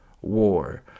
War